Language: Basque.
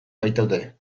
baitaude